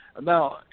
Now